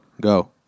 go